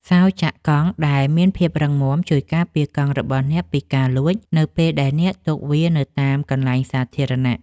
សោរចាក់កង់ដែលមានភាពរឹងមាំ ជួយការពារកង់របស់អ្នកពីការលួចនៅពេលដែលអ្នកទុកវានៅតាមកន្លែងសាធារណៈ។